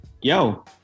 yo